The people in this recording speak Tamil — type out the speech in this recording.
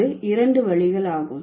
அது 2வழிகள் ஆகும்